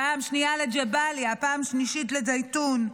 פעם שנייה לג'באליה, פעם שלישית לזייתון,